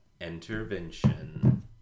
Intervention